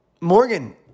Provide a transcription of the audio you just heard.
Morgan